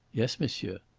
yes, monsieur.